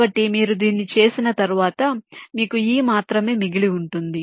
కాబట్టి మీరు దీన్ని చేసిన తర్వాత మీకు e మాత్రమే మిగిలి ఉంటుంది